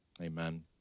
Amen